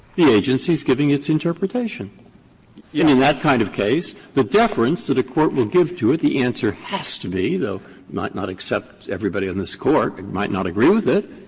the agency's giving its interpretation. and in that kind of case, the deference that a court will give to it, the answer has to be, though not not except everybody on this court might not agree with it.